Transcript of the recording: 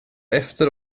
efter